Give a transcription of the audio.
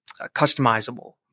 customizable